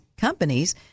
companies